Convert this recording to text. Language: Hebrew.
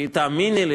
תאמיני לי,